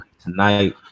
tonight